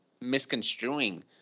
misconstruing